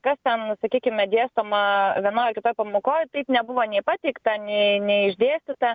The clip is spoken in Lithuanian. kas ten sakykime dėstoma vienoj ar kitoj pamokoj taip nebuvo nei pateikta nei nei išdėstyta